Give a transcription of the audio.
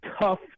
tough